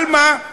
אבל מה?